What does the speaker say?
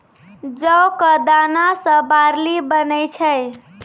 जौ कॅ दाना सॅ बार्ली बनै छै